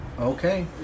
Okay